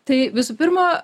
tai visų pirma